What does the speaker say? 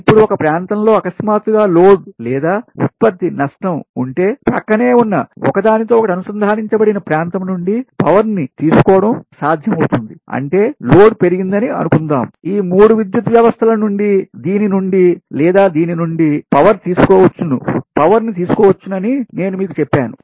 ఇప్పుడు ఒక ప్రాంతంలో అకస్మాత్తుగా లోడ్ లేదా ఉత్పత్తి నష్టం ఉంటే ప్రక్కనే ఉన్న ఒకదానితో ఒకటి అనుసంధానించబడిన ప్రాంతం నుండి పవర్క్తిని తీసుకోవడం సాధ్యమవుతుంది అంటే లోడ్ పెరిగిందని అనుకుందాం ఈ 3 విద్యుత్ వ్యవస్థల నుండి దీని నుండి లేదా దీని నుండి నుండి పవర్ తీసుకోవచ్చని నేను మీకు చెప్పాను